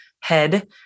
head